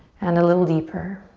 and a little deeper.